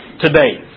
today